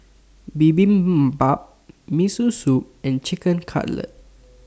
Bibimbap Miso Soup and Chicken Cutlet